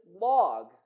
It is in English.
log